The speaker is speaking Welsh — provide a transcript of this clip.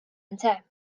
ynte